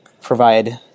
provide